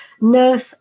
nurse